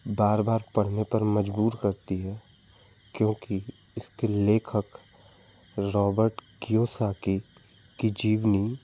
बार बार पढ़ने पर मजबूर करती है क्योंकि इस के लेखक रोबर्ट क्यूसाकी की जीवनी